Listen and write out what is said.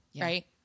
Right